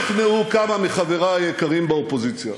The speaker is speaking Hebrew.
לא ישכנעו כמה מחברי היקרים באופוזיציה.